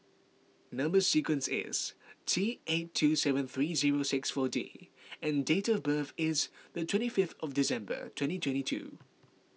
Number Sequence is T eight two seven three zero six four D and date of birth is the twenty five of December twenty twenty two